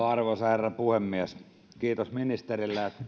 arvoisa herra puhemies kiitos ministeri